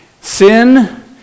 Sin